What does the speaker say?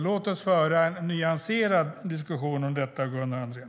Låt oss föra en nyanserad diskussion om detta, Gunnar Andrén.